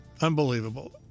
unbelievable